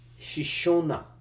Shishona